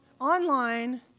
online